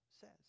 says